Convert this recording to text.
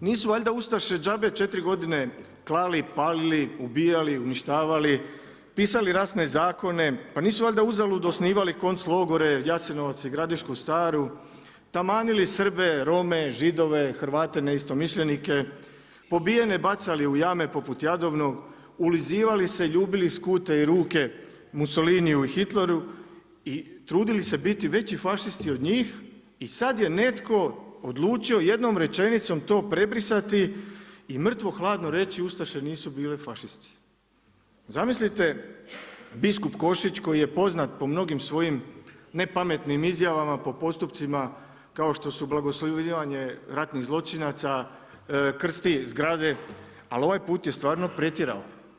nisu valjda ustaše džabe 4 godine klali, palili, ubijali, uništavali, pisale rasne zakone, pa nisu valjda uzalud osnivali konc logore, Jasenovac i Gradišku Staru, tamanili Srbe, Rome, Židove, Hrvate neistomišljenike, pobijene bacali u jame poput Jadovnog, ulizivali se i ljubili skute i ruke Musoliniju i Hitleru i trudili se biti veći fašisti od njih i sad je netko odlučio jednom rečenicom to prebrisati i mrtvo hladno reći „Ustaše nisu bile fašisti.“ Zamislite, biskup Košić koji je poznat po mnogim svojim ne pametnim izjavama, po postupcima kao što su blagoslivljanje ratnih zločinaca, krsti zgrade, ali ovaj put je stvarno pretjerao.